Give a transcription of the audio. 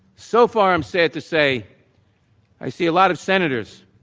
so far, i'm sad to say i see a lot of senators